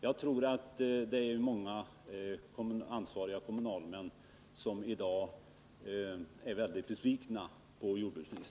Jag tror att det är många ansvariga kommunalmän som i dag är väldigt besvikna på jordbruksministern.